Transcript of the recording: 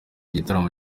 igitaramo